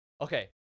okay